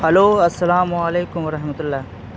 hello السلام علیکم و رحمتہ اللہ